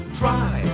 try